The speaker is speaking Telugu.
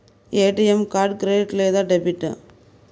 ఏ.టీ.ఎం కార్డు క్రెడిట్ లేదా డెబిట్?